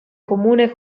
comune